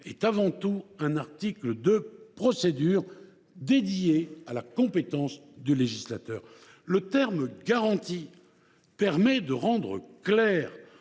est avant tout un article de procédure, dédié à la compétence du législateur. Le terme « garantie » permet de rendre clair